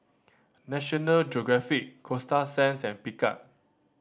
National Geographic Coasta Sands and Picard